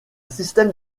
système